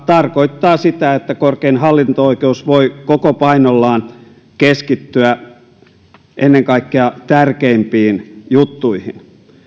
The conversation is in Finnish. tarkoittaa sitä että korkein hallinto oikeus voi koko painollaan keskittyä ennen kaikkea tärkeimpiin juttuihin